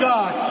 God